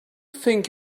think